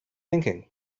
thinking